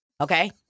Okay